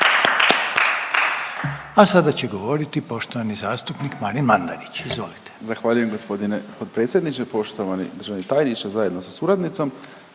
A sada će govoriti poštovani zastupnik Marin Mandarić, izvolite. **Mandarić, Marin (HDZ)** Zahvaljujem g. potpredsjedniče. Poštovani državni tajniče zajedno sa suradnicom.